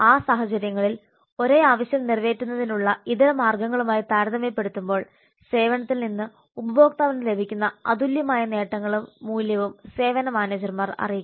ആ സാഹചര്യങ്ങളിൽ ഒരേ ആവശ്യം നിറവേറ്റുന്നതിനുള്ള ഇതര മാർഗ്ഗങ്ങളുമായി താരതമ്യപ്പെടുത്തുമ്പോൾ സേവനത്തിൽ നിന്ന് ഉപഭോക്താവിന് ലഭിക്കുന്ന അതുല്യമായ നേട്ടങ്ങളും മൂല്യവും സേവന മാനേജർമാർ അറിയിക്കണം